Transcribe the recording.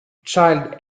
child